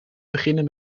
beginnen